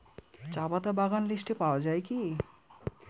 চাপাতা বাগান লিস্টে পাওয়া যায় কি?